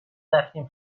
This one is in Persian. رفتیم